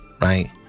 right